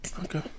Okay